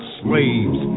slaves